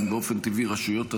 הן באופן טבעי רשויות עצמאיות,